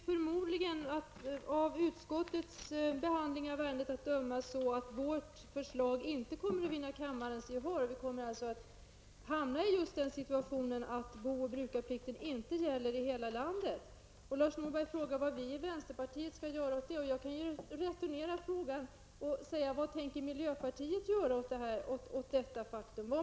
Fru talman! Av utskottets behandling av ärendet att döma blir det förmodligen så att vårt förslag inte vinner kammarens gehör. Vi kommer alltså att hamna i just den situationen att bo och brukarplikt inte gäller i hela landet. Lars Norberg frågade vad vi i vänsterpartiet skall göra åt den saken. Jag returnerar frågan: Vad tänker miljöpartiet göra åt detta faktum?